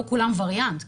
לא כולם וריאנט.